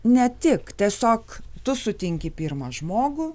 ne tik tiesiog tu sutinki pirmą žmogų